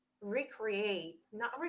recreate—not